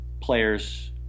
players